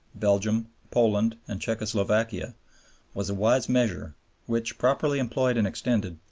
belgium, poland, and czecho-slovakia was a wise measure which, properly employed and extended,